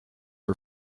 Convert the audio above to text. for